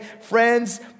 friends